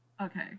Okay